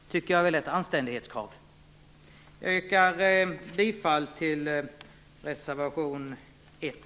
Det är ett anständighetskrav. Jag yrkar bifall till reservation 1.